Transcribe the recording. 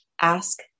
ask